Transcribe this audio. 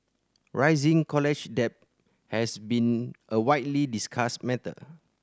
rising college debt has been a widely discussed matter